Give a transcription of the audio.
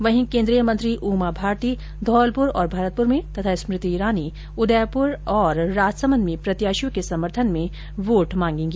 वहीं केन्द्रीय मंत्री उमा भारती धौलपुर और भरतपुर में तथा स्मृति ईरानी उदयपुर और राजसमंद में प्रत्याशियों के समर्थन में वोट मांगेगी